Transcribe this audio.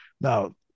Now